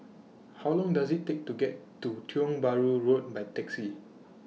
How Long Does IT Take to get to Tiong Bahru Road By Taxi